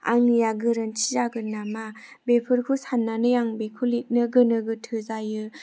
आंनिया गोरोन्थि जागोन नामा बेफोरखौ साननानै आं बेखौ लिरनो गोनो गोथो जायो